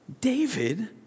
David